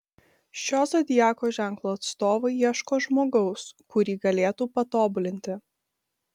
šio zodiako ženklo atstovai ieško žmogaus kurį galėtų patobulinti